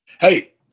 Hey